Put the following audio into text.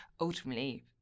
Ultimately